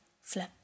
flip